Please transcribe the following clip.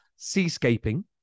seascaping